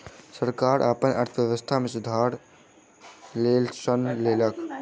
सरकार अपन अर्थव्यवस्था में सुधारक लेल ऋण लेलक